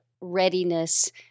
readiness